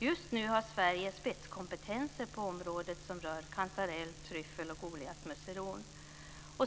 Just nu har Sverige spetskompetenser på området som rör kantarell, tryffel och goliatmusseron.